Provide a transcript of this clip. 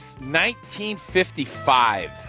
1955